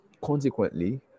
consequently